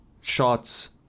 shots